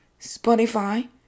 Spotify